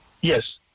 Yes